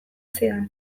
zidan